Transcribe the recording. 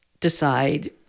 decide